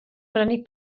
brynu